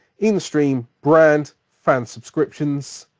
in the stream, brand, fan subscriptions.